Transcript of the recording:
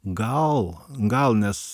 gal gal nes